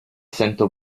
sento